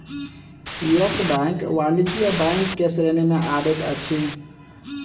yes bank वाणिज्य bank के श्रेणी में अबैत अछि